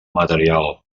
material